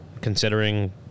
considering